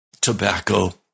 tobacco